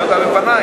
הקמנו ועדה.